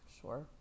sure